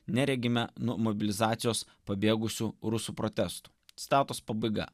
neregime nuo mobilizacijos pabėgusių rusų protestų citatos pabaiga